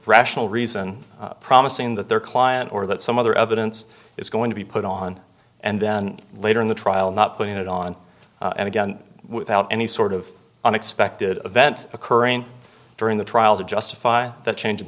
rational reason promising that their client or that some other evidence is going to be put on and then later in the trial not putting it on and again without any sort of unexpected event occurring during the trial to justify that change